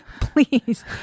Please